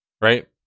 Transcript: right